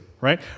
right